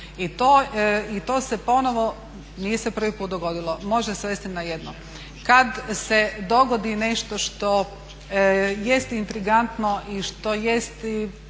i to se ponovo nije se prvi put dogodilo, može svesti na jedno. Kada se dogodi nešto što jeste intrigantno i što jest